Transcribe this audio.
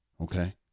Okay